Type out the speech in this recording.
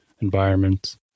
environments